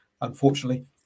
unfortunately